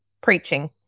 preaching